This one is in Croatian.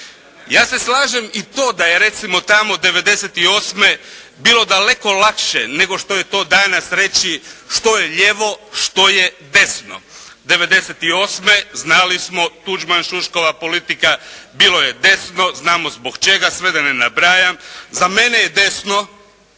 Ja se slažem i to da je recimo tamo 98. bilo daleko lakše nego što je to danas reći što je lijevo, što je desno. 98. znali smo Tuđman, Šuškova politika bilo je … znamo zbog čega se da ne nabrajam. Za mene je desno